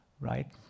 right